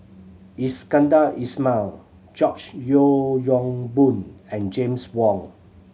Iskandar Ismail George Yeo Yong Boon and James Wong